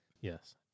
Yes